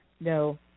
No